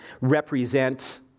represent